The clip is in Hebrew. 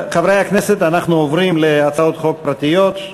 חברי הכנסת, אנחנו עוברים להצעות חוק פרטיות.